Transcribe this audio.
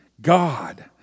God